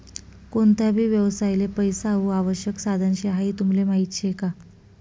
कोणता भी व्यवसायले पैसा हाऊ आवश्यक साधन शे हाई तुमले माहीत शे का?